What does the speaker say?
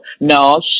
No